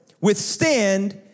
withstand